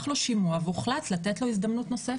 לו שימוע והוחלט לתת לו הזדמנות נוספת,